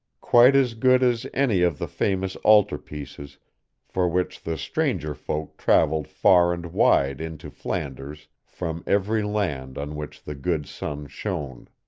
quite as good as any of the famous altar-pieces for which the stranger folk travelled far and wide into flanders from every land on which the good sun shone.